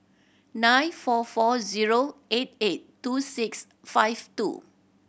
nine four four zero eight eight two six five two